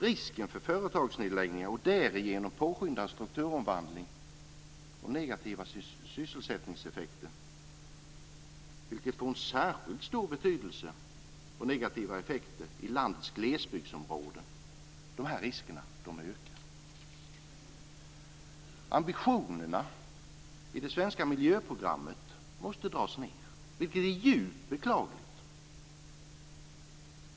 Risken ökar då för företagsnedläggningar och därigenom en påskyndad strukturomvandling och negativa effekter, vilket får en särskild stor betydelse och negativa sysselsättningseffekter i landets glesbygdsområden. Ambitionerna i det svenska miljöprogrammet måste dras ned, vilket är djupt beklagligt.